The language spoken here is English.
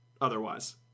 otherwise